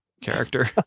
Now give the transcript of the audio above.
character